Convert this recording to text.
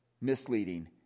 misleading